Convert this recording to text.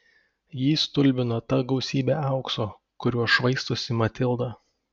jį stulbino ta gausybė aukso kuriuo švaistosi matilda